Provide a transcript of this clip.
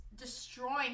destroying